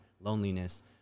loneliness